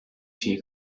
şeyi